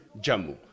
jammu